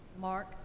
Mark